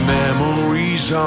memories